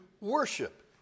worship